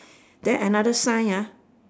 then another sign ah